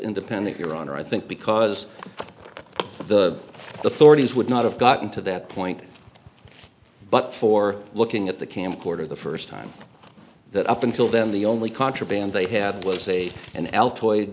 independent your honor i think because the authorities would not have gotten to that point but for looking at the camcorder the first time that up until then the only contraband they had was a and l toy